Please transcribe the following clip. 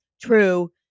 True